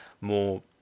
more